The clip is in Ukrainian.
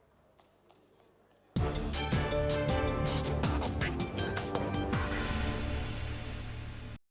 Дякую,